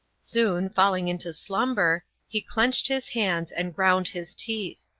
soon, falling into slumber, he clenched his hands, and ground his teeth.